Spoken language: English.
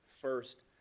first